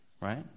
Right